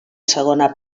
segona